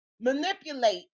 manipulate